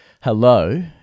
hello